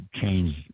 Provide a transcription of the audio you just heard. change